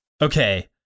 Okay